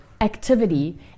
activity